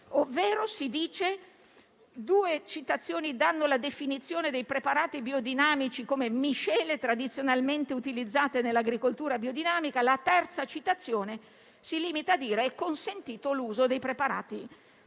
mera citazione. Due citazioni danno la definizione di preparati biodinamici come miscele tradizionalmente utilizzate nell'agricoltura biodinamica. La terza citazione si limita a dire che è consentito l'uso dei preparati